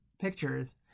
pictures